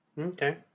Okay